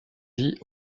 vit